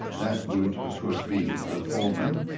that would of course be the foreman,